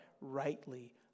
rightly